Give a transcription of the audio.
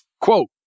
Quote